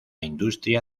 industria